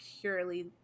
purely